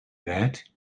that